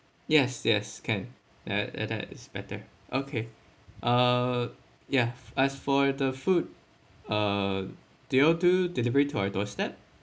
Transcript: yes yes can and that and that is better okay uh ya as for the food uh do you all do delivery to our doorstep